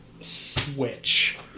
switch